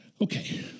okay